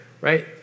Right